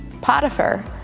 Potiphar